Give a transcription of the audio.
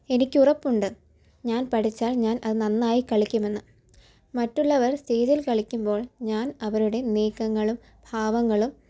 എനിക്കുറപ്പുണ്ട് ഞാൻ പഠിച്ചാൽ ഞാൻ അത് നന്നായി കളിക്കുമെന്ന് മറ്റുള്ളവർ സ്റ്റേജിൽ കളിക്കുമ്പോൾ ഞാൻ അവരുടെ നീക്കങ്ങളും ഭാവങ്ങളും